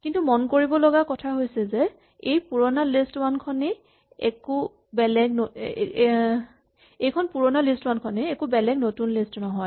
কিন্তু মন কৰিব লগা কথা হৈছে যে এইখন পুৰণা লিষ্ট ৱান খনেই একো বেলেগ নতুন লিষ্ট এখন নহয়